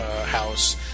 house